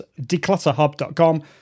declutterhub.com